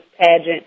pageant